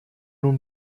nun